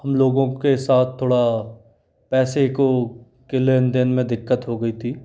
हम लोगों के साथ थोड़ा पैसे को के लेनदेन में दिक्कत हो गई थी